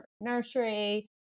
nursery